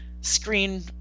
screen